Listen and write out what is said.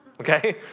okay